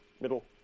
middle